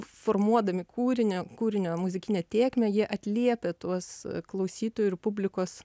formuodami kūrinio kūrinio muzikinę tėkmę jie atliepia tuos klausytojų ir publikos